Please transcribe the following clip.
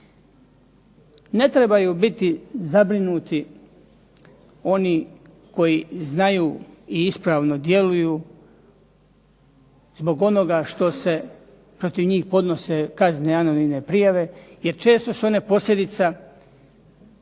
Ne trebaju biti zabrinuti oni koji znaju i ispravno djeluju zbog onoga što se protiv njih podnose kaznene anonimne prijave jer često su one posljedica